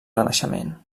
renaixement